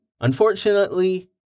Unfortunately